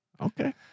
Okay